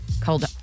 called